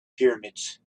pyramids